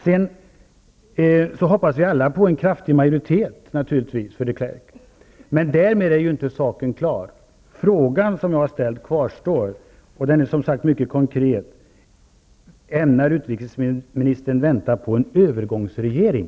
Naturligtvis hoppas vi alla på en kraftig majoritet för de Klerk, men därmed är ju inte saken klar. Min fråga kvarstår, och den är som sagt mycket konkret: Ämnar utrikesministern vänta på en övergångsregering?